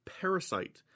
Parasite